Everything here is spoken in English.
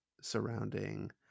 surrounding